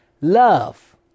Love